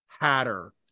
Hatter